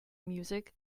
music